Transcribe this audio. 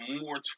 more